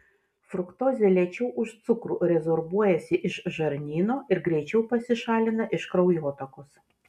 fruktozė lėčiau už cukrų rezorbuojasi iš žarnyno ir greičiau pasišalina iš kraujotakos